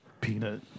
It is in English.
Peanut